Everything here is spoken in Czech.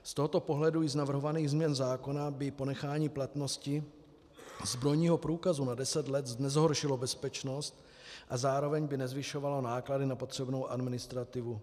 Z tohoto pohledu i z navrhovaných změn zákona by ponechání platnosti zbrojního průkazu na 10 let nezhoršilo bezpečnost a zároveň by nezvyšovalo náklady na potřebnou administrativu.